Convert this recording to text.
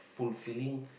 ~fulfilling